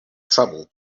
trouble